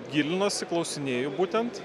gilinuosi klausinėju būtent